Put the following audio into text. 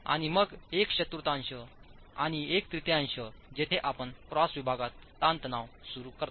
आणि मग एक चतुर्थांश आणि एक तृतीयांश जिथे आपण क्रॉस विभागात ताणतणाव सुरू करता